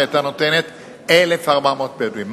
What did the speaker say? שהיתה נותנת ל-1,400 בדואים.